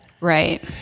Right